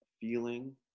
feeling